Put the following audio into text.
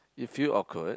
you feel awkward